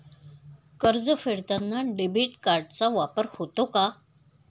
कर्ज फेडताना डेबिट कार्डचा वापर होतो का?